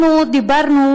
אנחנו דיברנו,